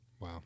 Wow